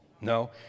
No